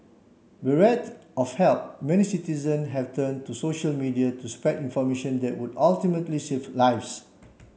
bereft of help many citizen have turned to social media to spread information that would ultimately save lives